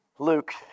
Luke